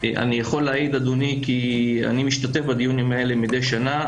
אני יכול להעיד אדוני כי אני משתתף בדיונים האלה מידי שנה,